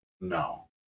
no